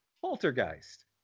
Poltergeist